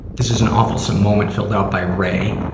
this is an awfulsome moment filled out by ray.